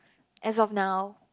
as of now